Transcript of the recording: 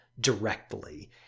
directly